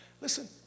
listen